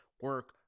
Work